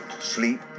sleep